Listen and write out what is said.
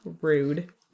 Rude